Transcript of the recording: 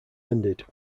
ended